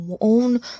own